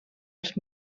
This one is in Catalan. als